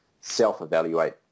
self-evaluate